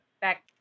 back